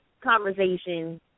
conversation